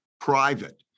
private